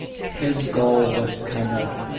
his goal was kind of